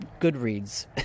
Goodreads